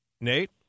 Nate